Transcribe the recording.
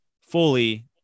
fully